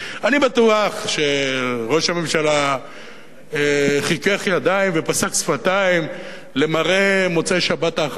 אני בטוח שראש הממשלה חיכך ידיים ופשק שפתיים למראה מוצאי השבת האחרונה,